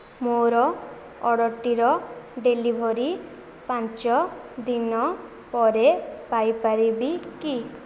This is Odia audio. ମୋର ଅର୍ଡ଼ର୍ଟିର ଡେଲିଭରି ପାଞ୍ଚ ଦିନ ପରେ ପାଇପାରିବି କି